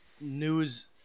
news